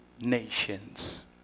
nations